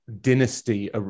dynasty